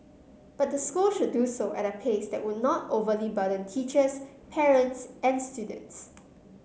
but the school should do so at a pace that would not overly burden teachers parents and students